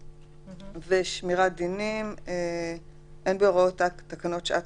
שמירת דינים 9. אין בהוראות תקנות שעת